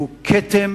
שהוא כתם